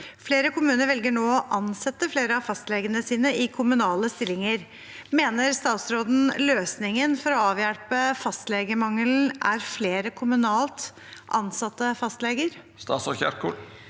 Flere kommuner velger nå å ansette flere av fastlegene sine i kommunale stillinger. Mener statsråden løsningen for å avhjelpe fastlegemangelen er flere kommunalt ansatte fastleger?»